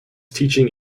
teaching